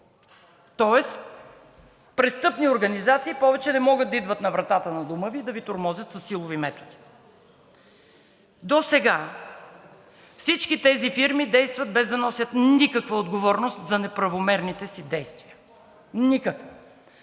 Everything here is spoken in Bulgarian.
Тоест престъпни организации повече не могат да идват на вратата на дома Ви и да Ви тормозят със силови методи. Досега всички тези фирми действат, без да носят никаква отговорност за неправомерните си действия, никаква.